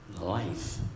life